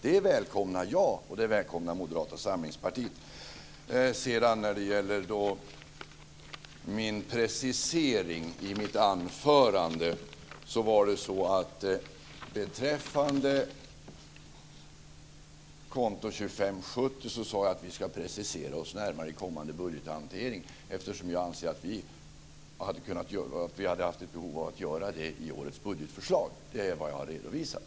Det välkomnar jag, och det välkomnar När det sedan gäller min precisering i mitt anförande sade jag beträffande konto 25:70 att vi ska precisera oss närmare i kommande budgethantering. Jag anser att vi hade haft ett behov av att göra det i årets budgetförslag. Det är vad jag har redovisat.